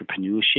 entrepreneurship